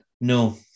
No